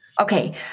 Okay